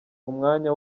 umwanya